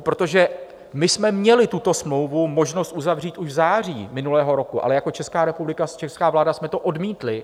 Protože my jsme měli tuto smlouvu možnost uzavřít už v září minulého roku, ale jako Česká republika, česká vláda jsme to odmítli.